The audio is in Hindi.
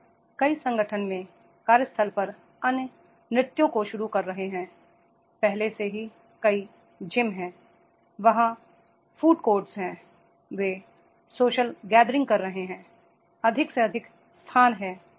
अब कई संगठन में कार्यस्थल पर अन्य नृत्यों को शुरू कर रहे हैं पहले से ही कई जिम हैं वहां फूड कोर्टहैं वे सोशल सभाएं कर रहे हैं अधिक से अधिक स्थान है